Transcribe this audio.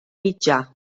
mitjà